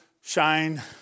shine